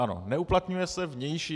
Ano, neuplatňuje se vnější.